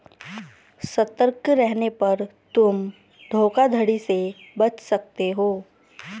सतर्क रहने पर तुम धोखाधड़ी से बच सकते हो